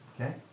Okay